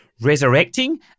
resurrecting